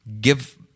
give